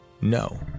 no